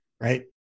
right